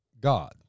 God